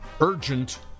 urgent